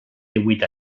díhuit